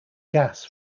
gas